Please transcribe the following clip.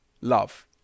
love